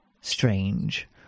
strange